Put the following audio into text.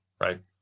right